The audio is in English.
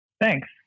Thanks